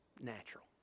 natural